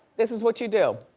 this is what you do.